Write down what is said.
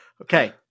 Okay